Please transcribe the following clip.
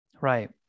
Right